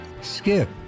skip